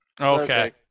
Okay